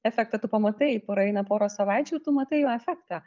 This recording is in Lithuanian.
efektą tu pamatai praeina pora savaičių tu matai jo efektą